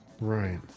Right